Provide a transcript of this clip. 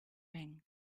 ring